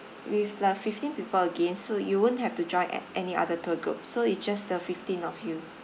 with like uh fifteen people again so you won't have to join a~ any other tour group so it's just the fifteen of you